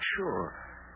sure